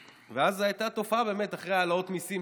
הייתה אז תופעה אחרי העלאות מיסים